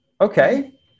okay